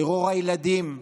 טרור הילדים,